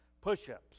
push-ups